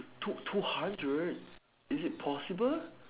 two two hundred is it possible